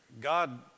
God